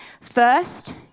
First